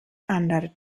andere